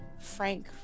Frank